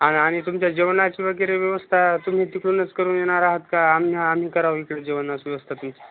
आणि आणि तुमच्या जेवणाची वगैरे व्यवस्था तुम्ही तिकडूनच करून येणार आहात का आम्ही आम्ही करावी इकडे जेवणाची व्यवस्था ती